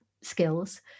skills